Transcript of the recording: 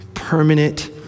permanent